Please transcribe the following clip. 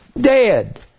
dead